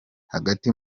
hagati